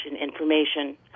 information